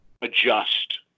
adjust